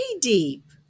deep